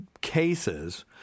cases